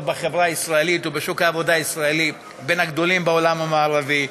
בחברה הישראלית ובשוק העבודה הישראלי הם בין הגדולים בעולם המערבי,